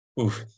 Oof